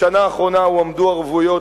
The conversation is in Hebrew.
בשנה האחרונה הועמדו ערבויות